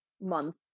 month